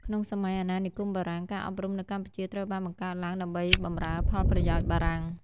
ក្នុងសម័យអាណានិគមបារាំង ការអប់រំនៅកម្ពុជាត្រូវបានបង្កើតឡើងដើម្បីបម្រើផលប្រយោជន៍បារាំង។